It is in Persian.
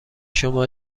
شما